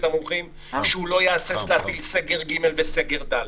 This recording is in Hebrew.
המומחים שהוא לא יהסס להטיל סגר ג' וסגר ד'.